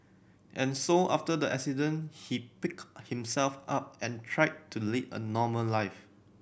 and so after the accident he picked himself up and tried to lead a normal life